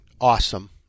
awesome